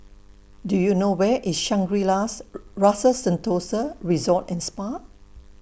Do YOU know Where IS Shangri La's Rasa Sentosa Resort and Spa